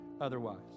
otherwise